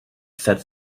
said